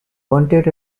wanted